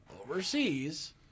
overseas